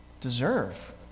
deserve